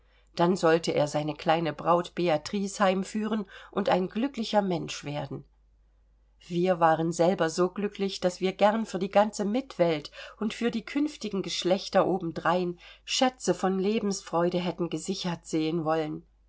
dann sollte er seine kleine braut beatrix heimführen und ein glücklicher mensch werden wir waren selber so glücklich daß wir gern für die ganze mitwelt und für die künftigen geschlechter obendrein schätze von lebensfreude hätten gesichert sehen wollen